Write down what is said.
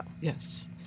Yes